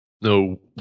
no